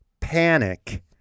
panic